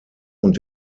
und